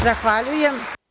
Zahvaljujem.